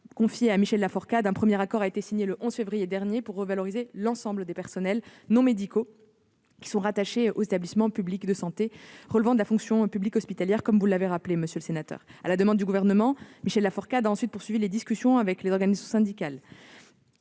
confiés à Michel Laforcade, un premier accord a été signé le 11 février dernier pour revaloriser l'ensemble des personnels non médicaux rattachés aux établissements publics de santé relevant de la fonction publique hospitalière, comme vous l'avez rappelé, monsieur le sénateur. À la demande du Gouvernement, Michel Laforcade a ensuite poursuivi les discussions avec les organisations syndicales